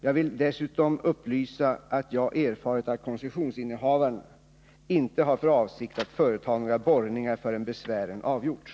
Jag vill dessutom upplysa om att jag erfarit att koncessionsinnehavaren inte har för avsikt att företa några borrningar förrän besvären avgjorts.